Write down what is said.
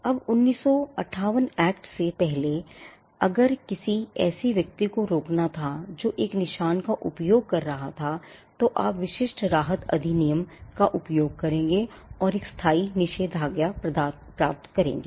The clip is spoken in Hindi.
अब 1958 act से पहले अगर किसी ऐसे व्यक्ति को रोकना था जो एक निशान का उपयोग कर रहा था तो आप विशिष्ट राहत अधिनियमका उपयोग करेंगे और एक स्थायी निषेधाज्ञा प्राप्त करेंगे